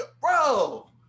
Bro